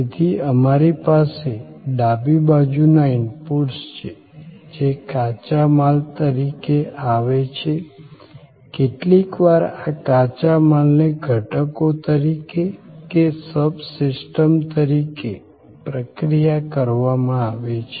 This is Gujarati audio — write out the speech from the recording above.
તેથી અમારી પાસે ડાબી બાજુના ઇનપુટ્સ છે જે કાચા માલ તરીકે આવે છે કેટલીકવાર આ કાચા માલને ઘટકો તરીકે કે સબ સિસ્ટમ તરીકે પ્રક્રિયા કરવામાં આવે છે